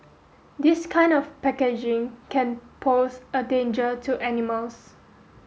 this kind of packaging can pose a danger to animals